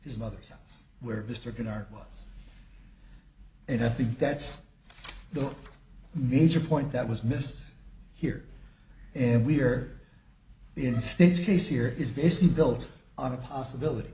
his mother's where mr canard was and i think that's the major point that was missed here and we're in state's case here is basically built on a possibility